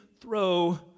throw